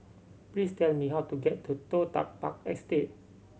please tell me how to get to Toh Tuck Park Estate